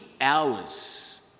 hours